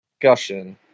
discussion